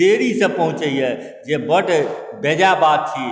देरीसँ पहुँचैए जे बड्ड बेजाइ बात छी